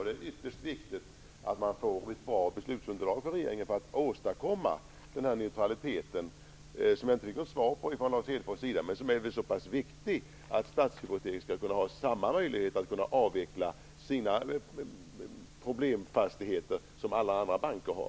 Det är ytterst viktigt att regeringen får ett bra beslutsunderlag för att åstadkomma neutralitet. Det är viktigt, och Lars Hedfors svarade inte på detta, att Stadshypotek skall kunna ha samma möjlighet att avveckla sina problemfastigheter som alla andra banker har.